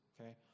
okay